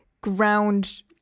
ground